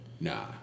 Nah